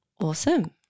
Awesome